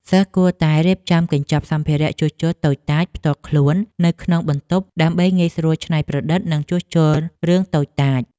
សិស្សគួរតែរៀបចំកញ្ចប់សម្ភារៈជួសជុលតូចតាចផ្ទាល់ខ្លួននៅក្នុងបន្ទប់ ដើម្បីងាយស្រួលច្នៃប្រឌិតនិងជួសជុលរឿងតូចតាច។